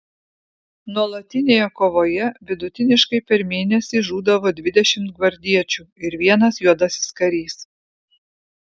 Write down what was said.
nuolatinėje kovoje vidutiniškai per mėnesį žūdavo dvidešimt gvardiečių ir vienas juodasis karys